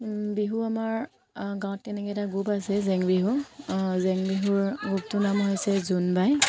বিহু আমাৰ গাঁৱত তেনেকৈ এটা গ্ৰুপ আছে জেং বিহু জেং বিহুৰ গ্ৰুপটোৰ নাম হৈছে জোনবাই